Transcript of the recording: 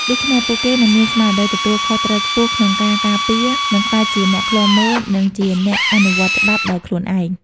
ដូច្នេះ ពួកគេនឹងមានស្មារតីទទួលខុសត្រូវខ្ពស់ក្នុងការការពារ និងក្លាយជាអ្នកឃ្លាំមើល និងជាអ្នកអនុវត្តច្បាប់ដោយខ្លួនឯង។